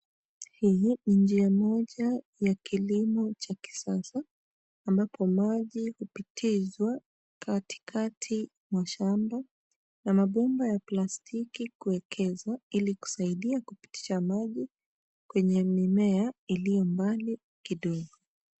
Hii ni njia moja ya kilimo cha kisasa ambapo maji hupitizwa katikati mwa shamba na mabomba ya plastiki kuekezwa ili kusaidia kupitisha maji kwenye mimea iliyo mbali kidogo.